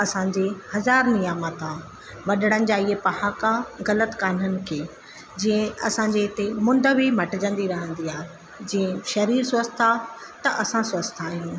असांजे हज़ारु नियामतु आहे वॾड़नि जा हीअ पहाका ग़लति कोन्हनि के जीअं असांजे हिते मुंदि बि मटिजंदी रहंदी आहे जीअं शरीर स्वस्थ्यु आहे त असां स्वस्थ्यु आहियूं